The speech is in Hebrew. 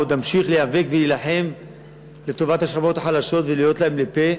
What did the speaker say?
ועוד אמשיך להיאבק ולהילחם לטובת השכבות החלשות ולהיות להן לפה.